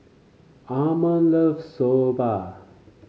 Ammon love Soba